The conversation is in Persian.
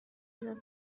بده